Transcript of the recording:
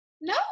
no